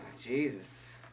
Jesus